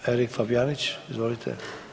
Erik Fabijanić, izvolite.